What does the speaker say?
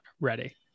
ready